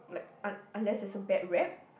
like un~ unless there's a bad rep